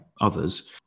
others